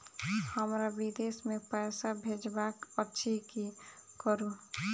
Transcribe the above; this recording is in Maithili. हमरा विदेश मे पैसा भेजबाक अछि की करू?